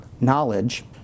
Knowledge